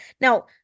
Now